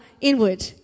inward